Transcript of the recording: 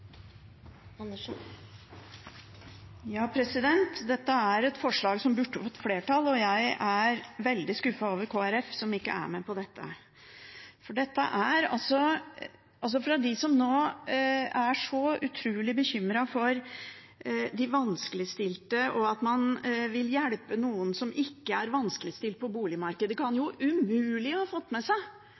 et forslag som burde fått flertall, og jeg er veldig skuffet over Kristelig Folkeparti, som ikke er med på det. De som nå er så utrolig bekymret for de vanskeligstilte og at man vil hjelpe noen som ikke er vanskeligstilt på boligmarkedet, kan umulig ha fått med seg